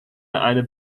eine